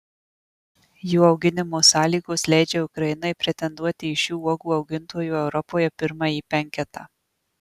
jų auginimo sąlygos leidžia ukrainai pretenduoti į šių uogų augintojų europoje pirmąjį penketą